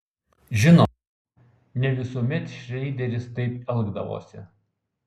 žinoma ne visuomet šreideris taip elgdavosi